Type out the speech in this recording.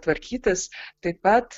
tvarkytis taip pat